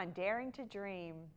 on daring to dream